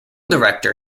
director